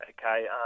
Okay